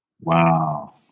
wow